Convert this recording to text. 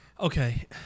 Okay